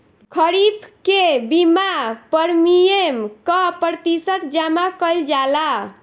खरीफ के बीमा प्रमिएम क प्रतिशत जमा कयील जाला?